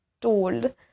told